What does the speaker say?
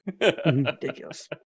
ridiculous